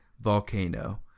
volcano